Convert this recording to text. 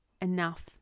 enough